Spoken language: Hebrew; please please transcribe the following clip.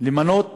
למנות מגשר.